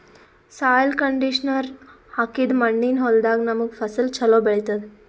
soil conditioner ಹಾಕಿದ್ದ್ ಮಣ್ಣಿನ್ ಹೊಲದಾಗ್ ನಮ್ಗ್ ಫಸಲ್ ಛಲೋ ಬೆಳಿತದ್